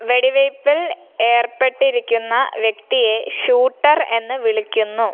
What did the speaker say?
വെടിവയ്പ്പിൽ ഏർപ്പെട്ടിരിക്കുന്ന വ്യക്തിയെ ഷൂട്ടർ എന്ന് വിളിക്കുന്നു